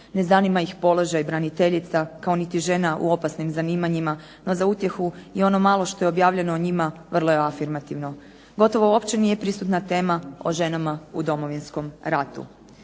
ne zanima ih položaj braniteljica, kao niti žena u opasnim zanimanjima, no za utjehu i ono malo što je objavljeno o njima vrlo je afirmativno. Gotovo uopće nije prisutna tema o ženama u Domovinskom ratu.